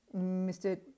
Mr